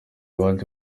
abandi